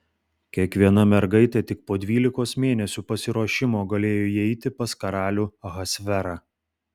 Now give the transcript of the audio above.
kiekviena mergaitė tik po dvylikos mėnesių pasiruošimo galėjo įeiti pas karalių ahasverą